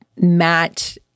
matt